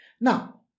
Now